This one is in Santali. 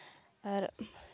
ᱟᱨ